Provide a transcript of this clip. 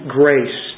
grace